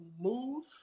move